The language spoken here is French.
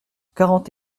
quarante